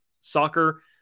soccer